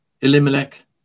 Elimelech